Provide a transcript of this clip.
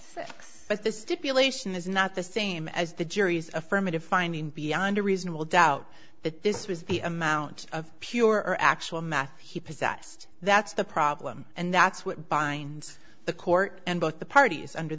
six but the stipulation is not the same as the jury's affirmative finding beyond a reasonable doubt that this was the amount of pure actual math he possessed that's the problem and that's what binds the court and both the parties under